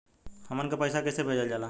हमन के पईसा कइसे भेजल जाला?